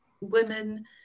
women